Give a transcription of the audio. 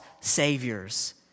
saviors